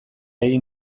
egin